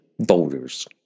voters